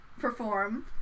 perform